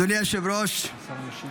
אדוני היושב-ראש,